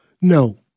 No